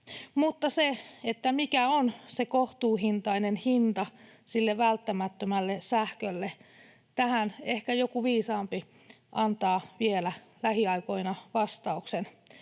Mutta siihen, mikä on se kohtuuhintainen hinta sille välttämättömälle sähkölle, ehkä joku viisaampi antaa vielä lähiaikoina vastauksen.